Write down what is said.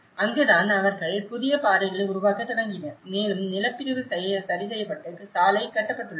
அங்குதான் அவர்கள் புதிய பாதைகளை உருவாக்கத் தொடங்கினர் மேலும் நிலப்பிரிவு சரிசெய்யப்பட்டு சாலை கட்டப்பட்டுள்ளது